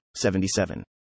77